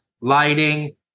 lighting